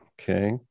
Okay